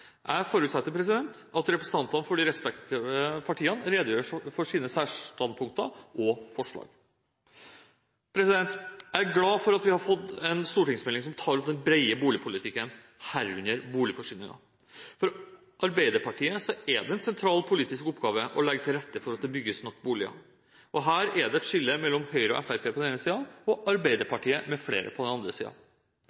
Jeg forutsetter at representantene for de respektive partier redegjør for sine særstandpunkter og forslag. Jeg er glad for at vi har fått en stortingsmelding som tar opp den brede boligpolitikken, herunder boligforsyningen. For Arbeiderpartiet er det en sentral politisk oppgave å legge til rette for at det bygges nok boliger. Her er det et skille mellom Høyre og Fremskrittspartiet på den ene siden og